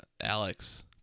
Alex